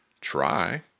try